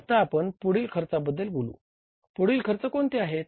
आता आपण पुढील खर्चांबद्दल बोलू पुढील खर्च कोणते आहेत